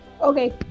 okay